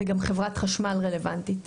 וגם חברת החשמל הרלוונטית.